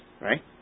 right